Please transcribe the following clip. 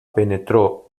penetró